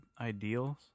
ideals